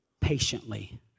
patiently